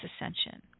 ascension